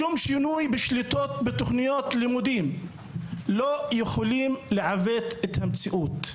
שום שינוי בשליטה בתוכניות הלימודים לא יכולים לעוות את המציאות.